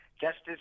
Justice